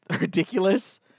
ridiculous